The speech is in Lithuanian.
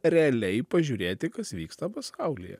realiai pažiūrėti kas vyksta pasaulyje